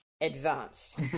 advanced